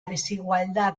desigualdad